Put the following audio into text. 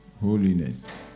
holiness